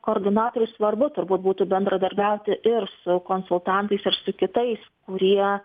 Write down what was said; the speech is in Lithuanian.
koordinatoriui svarbu turbūt būtų bendradarbiauti ir su konsultantais ir su kitais kurie